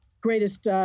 greatest